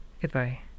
goodbye